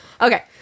Okay